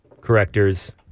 correctors